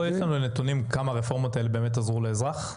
פה יש לנו נתונים כמה הרפורמות האלה באמת עזרו לאזרח?